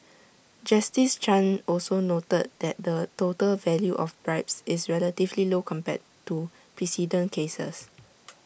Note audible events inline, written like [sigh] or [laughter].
justice chan also noted that the total value of bribes is relatively low compared to precedent cases [noise]